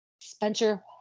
Spencer